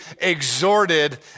exhorted